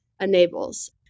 enables